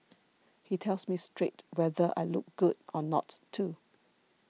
he tells me straight whether I look good or not too